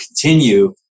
continue